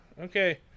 Okay